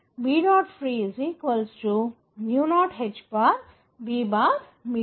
rr mr3 Bfree0HBmedium0H M0HMH 01MH